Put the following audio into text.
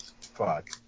Fuck